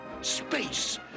Space